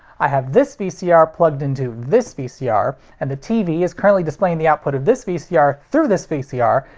i have this vcr plugged into this vcr, and the tv is currently displaying the output of this vcr through this vcr,